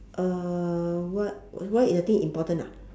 uh what why is the thing important ah